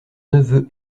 neveu